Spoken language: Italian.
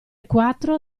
quattro